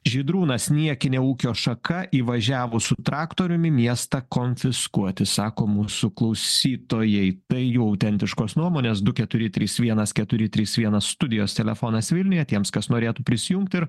žydrūnas niekinė ūkio šaka įvažiavo su traktoriumi miestą konfiskuoti sako mūsų klausytojai tai jų autentiškos nuomonės du keturi trys vienas keturi trys vienas studijos telefonas vilniuje tiems kas norėtų prisijungti ir